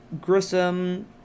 Grissom